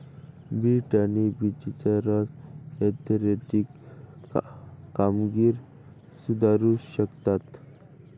bit आणि बीटचा रस ऍथलेटिक कामगिरी सुधारू शकतो